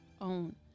own